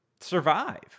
survive